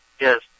yes